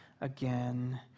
again